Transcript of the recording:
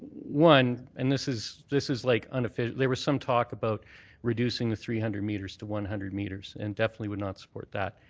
one, and this is this is like and there was some talk about reducing the three hundred metres to one hundred metres. and definitely would not support that.